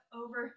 over